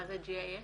מה זה GIS?